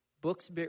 Books